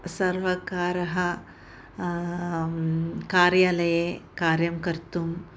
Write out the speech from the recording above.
सर्वकारः कार्यालये कार्यं कर्तुं